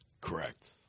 Correct